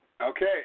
Okay